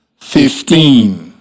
fifteen